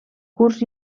curs